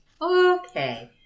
Okay